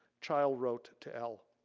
child wrote to ell,